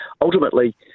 Ultimately